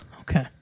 Okay